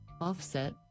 offset